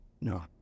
No